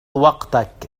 وقتك